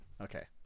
Okay